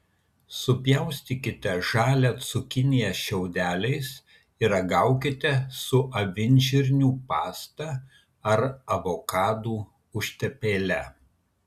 supjaustykite žalią cukiniją šiaudeliais ir ragaukite su avinžirnių pasta ar avokadų užtepėle